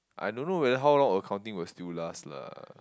I don't know whether how long accounting still last lah